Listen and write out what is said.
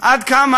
עד כמה,